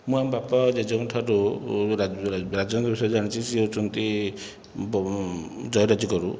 ମୁଁ ଆମ ବାପା ଓ ଜେଜେଙ୍କ ଠାରୁ ରାଜାଙ୍କ ବିଷୟରେ ଜାଣିଛି ସିଏ ହେଉଛନ୍ତି ଜୟୀ ରାଜଗୁରୁ